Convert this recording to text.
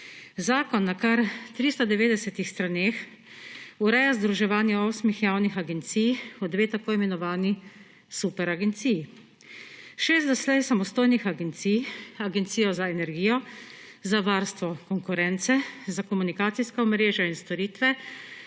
Zakon na kar 390 straneh ureja združevanje osmih javnih agencij v dve tako imenovani superagenciji. Šest doslej samostojnih agencij – agencija za energijo, za varstvo konkurence, za komunikacijska omrežja in storitve,